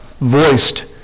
voiced